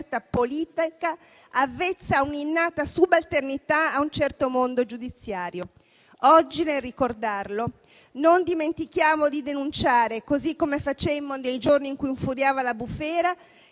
politica avvezza a un'innata subalternità a un certo mondo giudiziario Oggi, nel ricordarlo, non dimentichiamo di denunciare, così come facemmo nei giorni in cui infuriava la bufera,